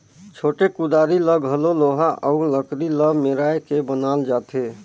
छोटे कुदारी ल घलो लोहा अउ लकरी ल मेराए के बनाल जाथे